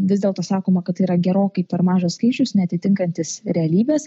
vis dėlto sakoma kad tai yra gerokai per mažas skaičius neatitinkantis realybės